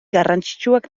garrantzitsuak